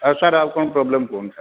ଆଉ ସାର୍ ଆଉ କ'ଣ ପ୍ରୋବ୍ଲେମ୍ କୁହନ୍ତୁ ସାର୍